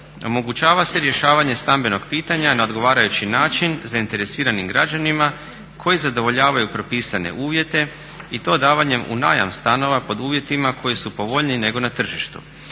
omogućava se rješavanje stambenog pitanja na odgovarajući način zainteresiranim građanima koji zadovoljavaju propisane uvjete i to davanjem u najam stanova pod uvjetima koji su povoljniji nego na tržištu.